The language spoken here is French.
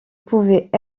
pouvait